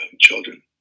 children